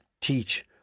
teach